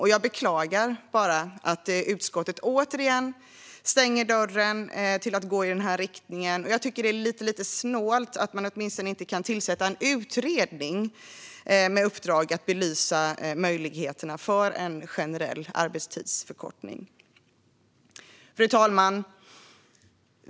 Jag kan bara beklaga att utskottet återigen stänger dörren till att gå i den riktningen. Jag tycker att det är lite snålt att man inte ens kan tillsätta en utredning med uppdrag att belysa möjligheterna för en generell arbetstidsförkortning. Fru talman!